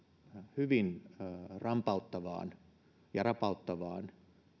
hyvin rampauttavaan ja rapauttavaan